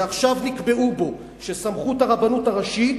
ועכשיו נקבע בו שסמכות הרבנות הראשית